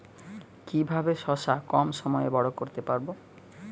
কিভাবে শশা কম সময়ে বড় করতে পারব?